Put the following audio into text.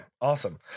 Awesome